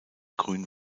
grün